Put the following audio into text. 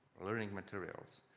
learning material